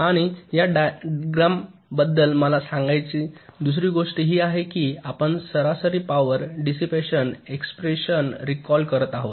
आणि या डायग्रॅम बद्दल मला सांगायची दुसरी गोष्ट ही आहे की आपण सरासरी पॉवर डीसिपशन एक्स्प्रेशन रिकॅल करत आहोत